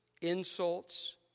insults